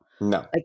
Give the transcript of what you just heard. No